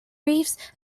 reefs